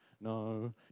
no